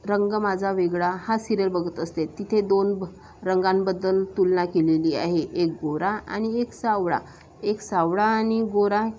रंग माझा वेगळा हा सिरयल बघत असते तिथे दोन ब रंगांबद्दल तुलना केलेली आहे एक गोरा आणि एक सावळा एक सावळा आणि गोरा